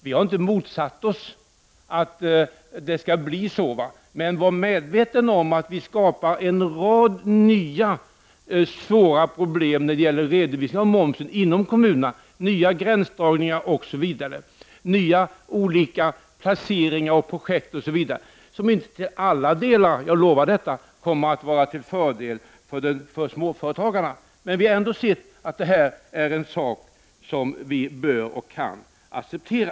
Vi har inte motsatt oss detta, men man skall vara medveten om att det skapas en rad nya, svåra problem när det gäller redovisning av momsen inom kommunerna, nya gränsdragningar, nya, olika placeringar och projekt osv., som inte till alla delar — jag lovar detta — kommer att vara till fördel för småföretagarna. Vi har ändå sett detta som någonting som vi bör och kan acceptera.